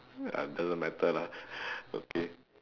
doesn't matter lah okay